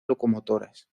locomotoras